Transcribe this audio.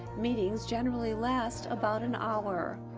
meetings generally last about an hour.